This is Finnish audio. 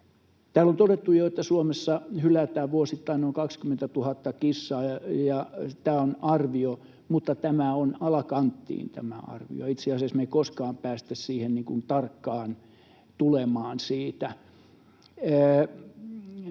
Täällä on todettu jo, että Suomessa hylätään vuosittain noin 20 000 kissaa, ja tämä on arvio, mutta tämä arvio on alakanttiin — itse asiassa me emme koskaan pääse tarkkaan tietämään sitä.